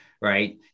right